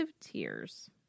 tears